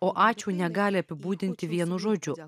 o ačiū negali apibūdinti vienu žodžiu